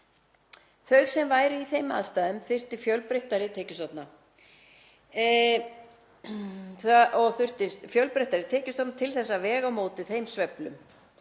Þau sem væru í þeim aðstæðum þyrftu fjölbreyttari tekjustofna til þess að vega á móti þeim sveiflum.